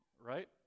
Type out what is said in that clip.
right